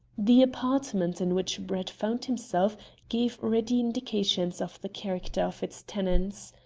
the apartment in which brett found himself gave ready indications of the character of its tenants.